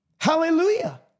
Hallelujah